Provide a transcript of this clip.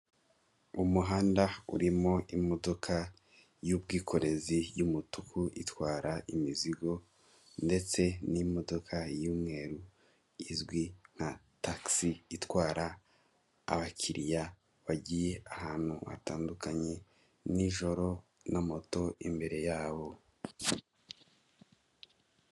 Umuhanda urimo imodoka y'ubwikorezi y'umutuku itwara imizigo ndetse n'imodoka y'umweru izwi nka takisi, itwara abakiriya bagiye ahantu hatandukanye n'ijoro na moto imbere yabo.